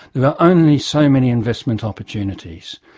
there are only so many investment opportunities,